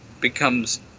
becomes